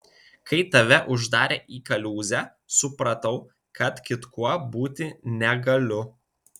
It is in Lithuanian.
kai tave uždarė į kaliūzę supratau kad kitkuo būti negaliu